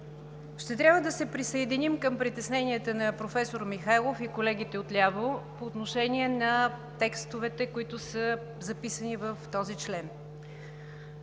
Ще трябва да се присъединим към притесненията на професор Михайлов и колегите отляво по отношение на текстовете, които са записани в този член.